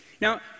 Now